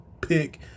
pick